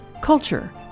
culture